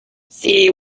see